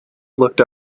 looked